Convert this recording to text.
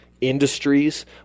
industries